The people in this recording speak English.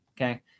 Okay